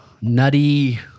nutty